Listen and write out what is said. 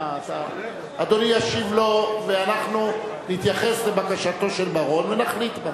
אדוני ישיב לו ואנחנו נתייחס לבקשתו של בר-און ונחליט בה.